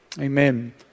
amen